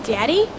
Daddy